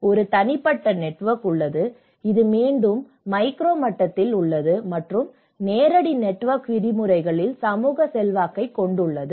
ஒரு தனிப்பட்ட நெட்வொர்க் உள்ளது இது மீண்டும் மைக்ரோ மட்டத்தில் உள்ளது மற்றும் நேரடி நெட்வொர்க் விதிமுறைகளில் சமூக செல்வாக்கைக் கொண்டுள்ளது